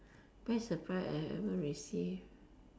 best surprise I ever receive